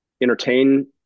entertain